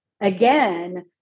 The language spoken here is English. again